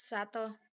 ସାତ